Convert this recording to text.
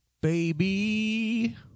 baby